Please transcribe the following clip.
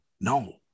No